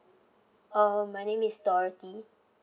uh my name is dorothy